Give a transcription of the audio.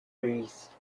grease